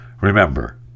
remember